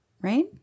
Right